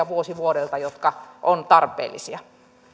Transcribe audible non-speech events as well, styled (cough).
(unintelligible) vuosi vuodelta niitä korotuksia jotka ovat tarpeellisia